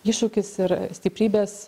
iššūkis ir stiprybės